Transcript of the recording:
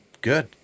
good